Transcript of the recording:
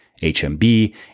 HMB